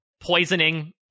poisoning